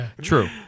True